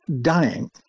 dying